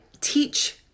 teach